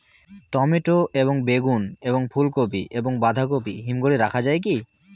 Tomato এবং বেগুন এবং ফুলকপি এবং বাঁধাকপি হিমঘরে রাখা যায় কি?